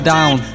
Down